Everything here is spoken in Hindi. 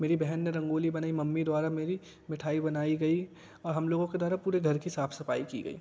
मेरी बहन ने रंगोली बनाई मम्मी द्वारा मेरी मिठाई बनाई गई और हम लोगों के द्वारा पूरे घर की साफ सफाई की गई